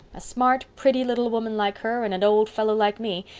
a smart pretty little woman like her and an old fellow like me.